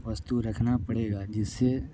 वस्तु रखना पड़ेगा जिससे